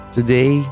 Today